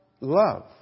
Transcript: love